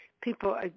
people